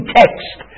text